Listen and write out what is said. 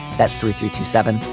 that's three three two seven.